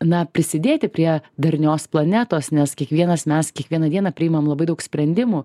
na prisidėti prie darnios planetos nes kiekvienas mes kiekvieną dieną priimam labai daug sprendimų